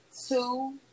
two